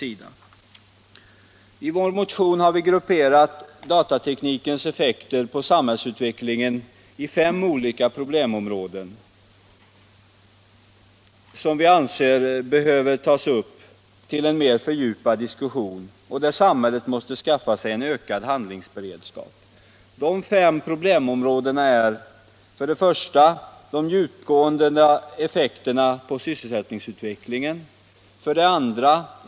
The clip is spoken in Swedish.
I vår motion har vi grupperat datateknikens effekter på samhällsutvecklingen i fem olika problemområden, som vi anser behöver tas upp till en mer fördjupad diskussion och där samhället måste skaffa sig ökad handlingsberedskap. De fem problemområdena är: 2.